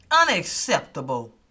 Unacceptable